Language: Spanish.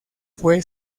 fue